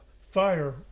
fire